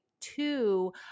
two